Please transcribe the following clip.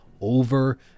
over